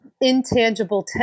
intangible